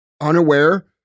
unaware